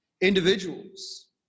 individuals